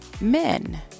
men